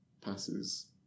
passes